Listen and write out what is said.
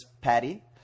patty